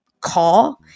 call